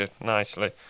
nicely